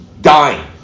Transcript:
dying